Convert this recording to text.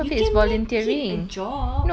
you can make it a job